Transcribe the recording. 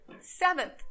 seventh